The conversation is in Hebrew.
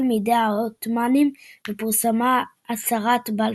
מידי העות'מאנים ופורסמה הצהרת בלפור.